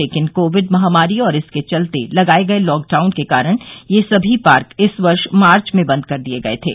लेकिन कोविड महामारी और इसके चलते लगाए गए लॉकडाउन के कारण ये सभी पार्क इस वर्ष मार्च में बंद कर दिए गए थे